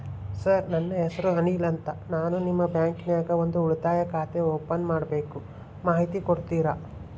Sir ನನ್ನ ಹೆಸರು ಅನಿಲ್ ಅಂತ ನಾನು ನಿಮ್ಮ ಬ್ಯಾಂಕಿನ್ಯಾಗ ಒಂದು ಉಳಿತಾಯ ಖಾತೆ ಓಪನ್ ಮಾಡಬೇಕು ಮಾಹಿತಿ ಕೊಡ್ತೇರಾ?